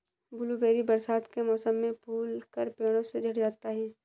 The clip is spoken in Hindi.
ब्लूबेरी बरसात के मौसम में फूलकर पेड़ों से झड़ जाते हैं